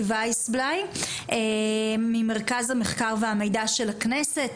וייסבלאי ממרכז המחקר והמידע של הכנסת,